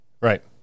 Right